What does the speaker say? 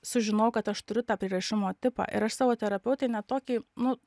sužinojau kad aš turiu tą prierišimo tipą ir aš savo terapeutei net tokį nu